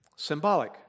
symbolic